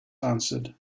answered